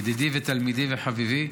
ידידי ותלמידי וחביבי,